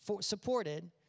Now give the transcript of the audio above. supported